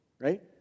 right